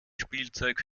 spielzeug